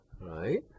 right